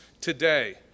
today